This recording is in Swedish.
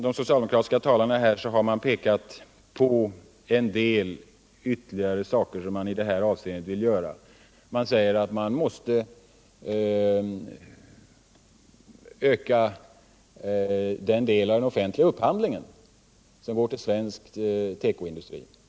De socialdemokratiska talarna har pekat på en del ytterligare saker som man i det här avseendet vill göra. Man säger att den del av den offentliga upphandlingen som går till svensk tekoindustri måste ökas.